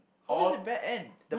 how is it bad end